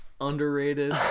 underrated